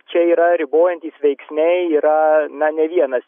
čia yra ribojantys veiksniai yra na ne vienas